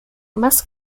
más